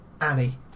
Annie